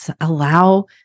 allow